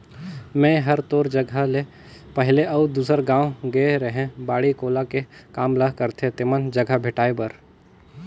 मेंए हर तोर जगह ले पहले अउ दूसर गाँव गेए रेहैं बाड़ी कोला के काम ल करथे तेमन जघा भेंटाय बर